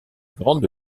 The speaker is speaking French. grande